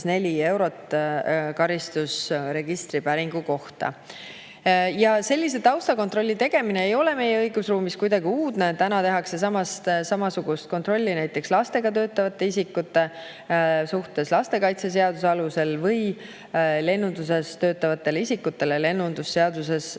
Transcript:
eurot karistusregistri päringu kohta. Sellise taustakontrolli tegemine ei ole meie õigusruumis kuidagi uudne. Täna tehakse samasugust kontrolli näiteks lastega töötavate isikute suhtes lastekaitseseaduse alusel või lennunduses töötavatele isikutele lennundusseaduse alusel.